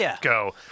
go